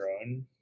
own